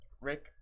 Rick